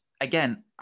again